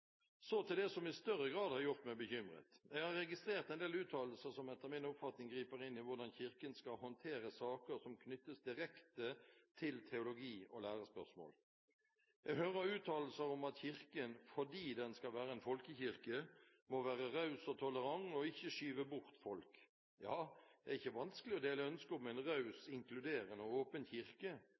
Så til det som i større grad har gjort meg bekymret. Jeg har registrert en del uttalelser som etter min oppfatning griper inn i hvordan Kirken skal håndtere saker som knyttes direkte til teologi og lærespørsmål. Jeg hører uttalelser om at Kirken, fordi den skal være en folkekirke, må være raus og tolerant, og ikke skyve bort folk. Ja, det er ikke vanskelig å dele ønsket om en raus, inkluderende og åpen kirke,